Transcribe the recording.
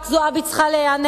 חברת הכנסת זועבי צריכה להיענש.